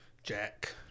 Jack